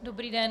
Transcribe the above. Dobrý den.